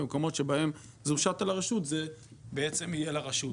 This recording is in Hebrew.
ובמקומות שבהם זה הושת על הרשות זה בעצם יהיה לרשות.